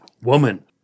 Woman